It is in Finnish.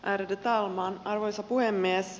ärade talman arvoisa puhemies